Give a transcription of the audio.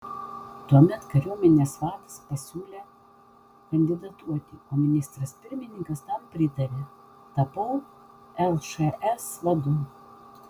tuomet kariuomenės vadas pasiūlė kandidatuoti o ministras pirmininkas tam pritarė tapau lšs vadu